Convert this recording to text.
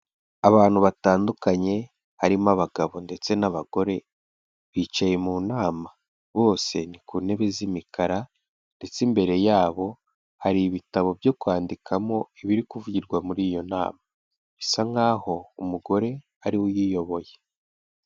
Abantu batandukanye harimo abagabo ndetse n'abagore, bicaye mu nama bose ni ku ntebe z'imikara ndetse imbere yabo hari ibitabo byo kwandikamo ibiri kuvugirwa muri iyo nama, bisa nkaho umugore ari we uyiyoboye.